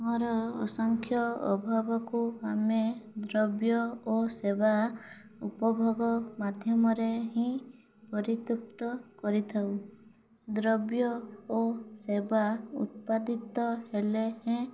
ଆମର ଅସଂଖ୍ୟ ଅଭାବକୁ ଆମେ ଦ୍ରବ୍ୟ ଓ ସେବା ଉପଭୋଗ ମାଧ୍ୟମରେ ହିଁ ପରିତୃପ୍ତ କରିଥାଉ ଦ୍ରବ୍ୟ ଓ ସେବା ଉତ୍ପାଦିତ ହେଲେ ହିଁ